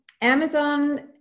Amazon